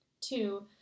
Two